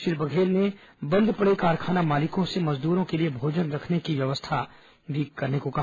श्री बघेल ने बंद पड़े कारखाना मालिकों से मजदूरों के लिए भोजन रहने की व्यवस्था करने को कहा